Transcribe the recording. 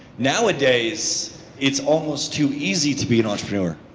nowadays it's almost too easy to be an entrepreneur,